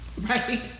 right